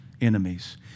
enemies